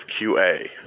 QA